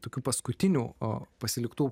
tokių paskutinių o pasiliktų